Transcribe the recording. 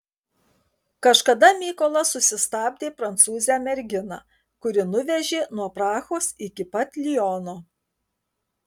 kažkada mykolas susistabdė prancūzę merginą kuri nuvežė nuo prahos iki pat liono